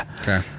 Okay